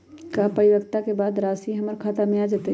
का परिपक्वता के बाद राशि हमर खाता में आ जतई?